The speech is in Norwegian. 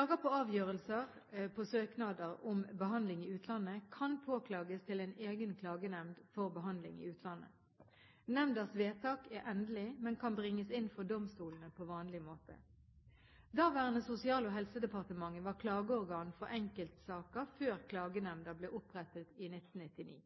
Avgjørelser på søknader om behandling i utlandet kan påklages til en egen klagenemnd for behandling i utlandet. Nemndas vedtak er endelig, men kan bringes inn for domstolene på vanlig måte. Daværende Sosial- og helsedepartementet var klageorgan for enkeltsaker før klagenemnda ble opprettet i 1999.